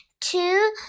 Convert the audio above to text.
Two